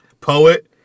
Poet